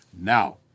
Now